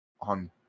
on